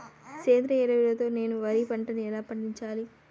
సేంద్రీయ ఎరువుల తో నేను వరి పంటను ఎలా పండించాలి?